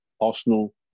Arsenal